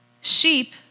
Sheep